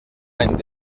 any